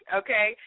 okay